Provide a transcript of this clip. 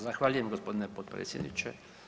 Zahvaljujem gospodine potpredsjedniče.